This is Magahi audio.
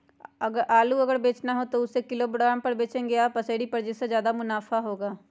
आलू अगर बेचना हो तो हम उससे किलोग्राम पर बचेंगे या पसेरी पर जिससे ज्यादा मुनाफा होगा?